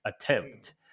attempt